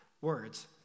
Words